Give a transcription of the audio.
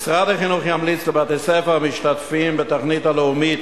משרד החינוך ימליץ לבתי-הספר המשתתפים בתוכנית הלאומית